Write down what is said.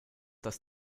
dass